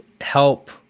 help